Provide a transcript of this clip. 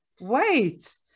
wait